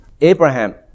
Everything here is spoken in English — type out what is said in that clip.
Abraham